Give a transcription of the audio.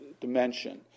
dimension